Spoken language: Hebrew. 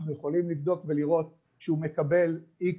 אנחנו יכולים לבדוק ולראות שהוא מקבל איקס,